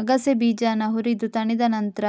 ಅಗಸೆ ಬೀಜಾನ ಹುರಿದು ತಣಿದ ನಂತ್ರ